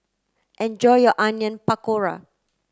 enjoy your Onion Pakora